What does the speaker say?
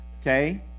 okay